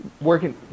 working